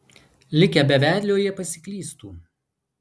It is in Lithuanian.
likę be vedlio jie pasiklystų